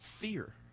Fear